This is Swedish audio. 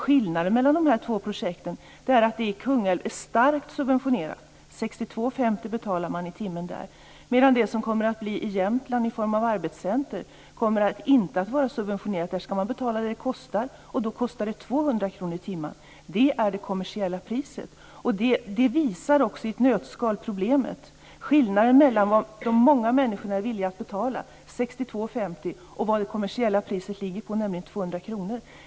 Skillnaden mellan de här två projekten är att det i Kungälv är starkt subventionerat. Där betalar man 62:50 kr i timmen. Det som kommer att drivas i Jämtland i form av ett arbetscentrum kommer inte att vara subventionerat. Där skall man betala vad det kostar, och då kostar det 200 kr i timmen. Det är det kommersiella priset. Det visar också i ett nötskal problemet. Skillnaden mellan vad de många människorna är villiga att betala, 62:50 kr, och vad det kommersiella priset ligger på, nämligen 200 kr.